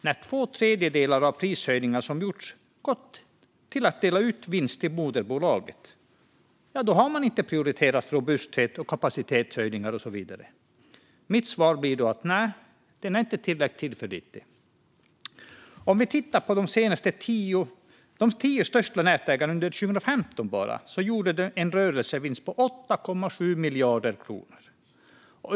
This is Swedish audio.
När två tredjedelar av de prishöjningar som gjorts har gått till att dela ut vinst till moderbolaget har man inte prioriterat robusthet, kapacitetshöjningar och så vidare. Mitt svar blir då: Nej, den är inte tillräckligt tillförlitlig. Om vi tittar på de tio största nätägarna under 2015 ser vi att de gjorde en rörelsevinst på 8,7 miljarder kronor.